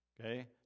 okay